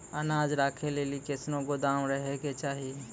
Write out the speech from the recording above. अनाज राखै लेली कैसनौ गोदाम रहै के चाही?